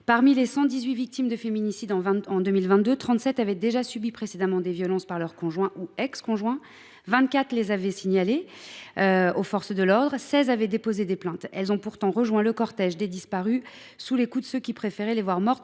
Parmi les 118 victimes de féminicide en 2022, 37 avaient déjà subi précédemment des violences par leurs conjoints ou ex conjoints, 24 les avaient signalées aux forces de l’ordre, 16 avaient déposé des plaintes. Elles ont pourtant rejoint le cortège des disparues sous les coups de ceux qui préféraient les voir mortes